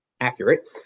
accurate